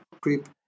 creep